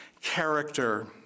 character